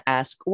ask